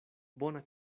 bona